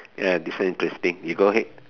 ya ya this one interesting you go ahead